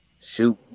shoot